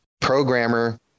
programmer